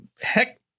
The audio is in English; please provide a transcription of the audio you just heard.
Heck